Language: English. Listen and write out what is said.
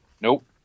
Nope